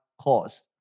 caused